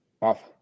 off